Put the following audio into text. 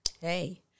hey